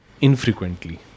infrequently